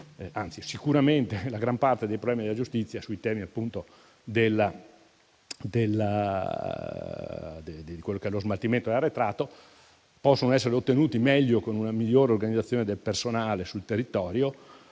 anzi, sicuramente la gran parte - dei problemi della giustizia sui temi dello smaltimento e dell'arretrato possono essere affrontati meglio con una migliore organizzazione del personale sul territorio,